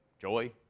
Joy